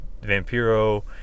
Vampiro